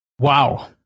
Wow